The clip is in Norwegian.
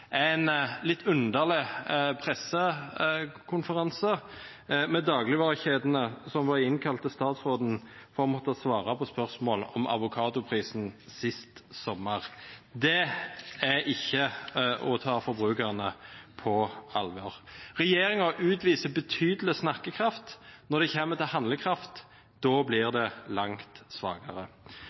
en litt underlig pressekonferanse med dagligvarekjedene, som var innkalt til statsråden for å måtte svare på spørsmål om avokadoprisen sist sommer. Det er ikke å ta forbrukerne på alvor. Regjeringen utviser betydelig snakkekraft. Når det kommer til handlekraft, blir det langt svakere.